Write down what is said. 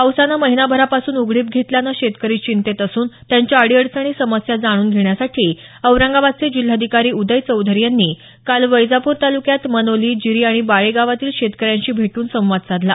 पावसानं महिनाभरापासून उघडीप घेतल्यानं शेतकरी चिंतेत असून त्यांच्या अडीअडचणी समस्या जाणून घेण्यासाठी औरंगाबादचे जिल्हाधिकारी उदय चौधरी यांनी काल वैजापूर तालुक्यात मनोली जिरी आणि बळेगावातील शेतकऱ्यांशी भेटून संवाद साधला